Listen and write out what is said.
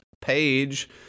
page